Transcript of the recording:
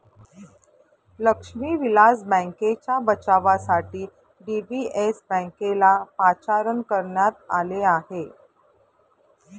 लक्ष्मी विलास बँकेच्या बचावासाठी डी.बी.एस बँकेला पाचारण करण्यात आले आहे